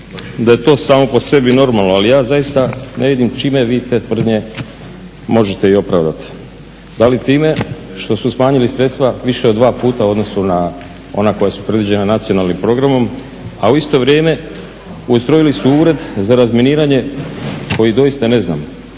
da je to samo po sebi normalno, ali ja zaista ne vidim čime vi te tvrdnje možete i opravdati da li time što su smanjili sredstva više od dva puta u odnosu na onda koja su predviđena nacionalnim programom, a u isto vrijeme ustrojili su Ured za razminiranje koji doista ne znam